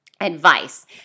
advice